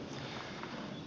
kysyn